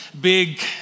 big